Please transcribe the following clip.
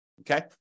okay